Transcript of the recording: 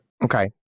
Okay